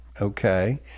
okay